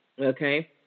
Okay